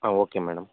okay madam